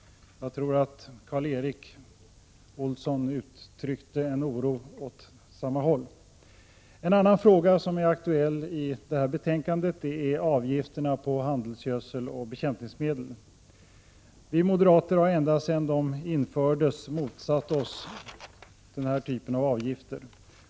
Jag tror att Karl Erik Olsson uttryckte en liknande oro. En annan fråga som är aktuell i detta betänkande är avgifterna på handelsgödsel och bekämpningsmedel. Vi moderater har ända sedan de infördes motsatt oss dessa avgifter.